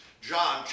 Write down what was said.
John